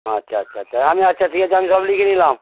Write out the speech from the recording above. আচ্ছা আচ্ছা আচ্ছা আমি আচ্ছা ঠিক আছে আমি সব লিখে নিলাম